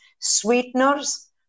sweeteners